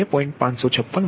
તેથી આ 2